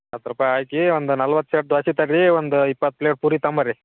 ಹತ್ತು ರೂಪಾಯಿ ಹಾಕಿ ಒಂದು ನಲ್ವತ್ತು ಸೆಟ್ ದ್ವಾಸಿ ತನ್ರಿ ಒಂದು ಇಪ್ಪತ್ತು ಪ್ಲೇಟ್ ಪೂರಿ ತಗಂಬರ್ರಿ